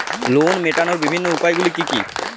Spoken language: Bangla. লোন মেটানোর বিভিন্ন উপায়গুলি কী কী?